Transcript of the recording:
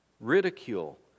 ridicule